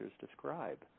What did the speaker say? describe